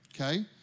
Okay